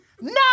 No